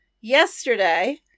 yesterday